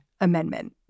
amendment